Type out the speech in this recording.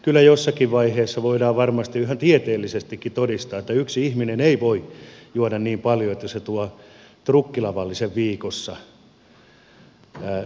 kyllä jossakin vaiheessa voidaan varmasti ihan tieteellisestikin todistaa että yksi ihminen ei voi juoda niin paljon että tuo trukkilavallisen viikossa viinaa